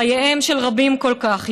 חייהם של רבים כל כך,